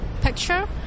picture